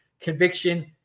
Conviction